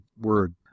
word